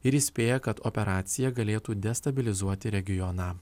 ir įspėja kad operacija galėtų destabilizuoti regioną